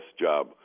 job